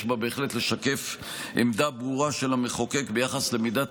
יש בה בהחלט לשקף עמדה ברורה של המחוקק ביחס למידת